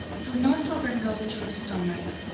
do not overload your stomach.